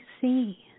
see